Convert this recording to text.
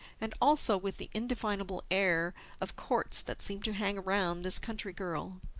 and also with the indefinable air of courts that seemed to hang round this country girl.